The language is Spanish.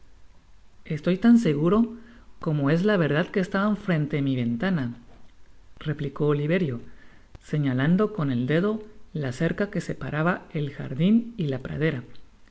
estoy tan seguro como es la verdad que estaban frente iní ventanareplicó oliverio señalanffd cotí el dedo la cerca que separaba eí jardiri y la pradera